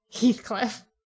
Heathcliff